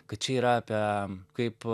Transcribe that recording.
kad čia yra apie kaip